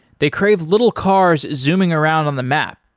they crave little cars zooming around on the map.